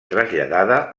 traslladada